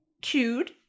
chewed